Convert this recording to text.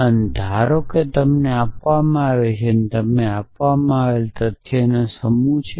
અને ધારો કે તમને આપવામાં આવે તે આ તમને આપવામાં આવેલા તથ્યોનો સમૂહ છે